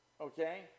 Okay